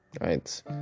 right